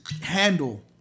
handle